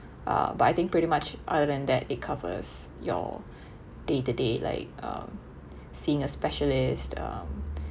uh but I think pretty much other than that it covers your day to day like um seeing a specialist um